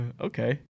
Okay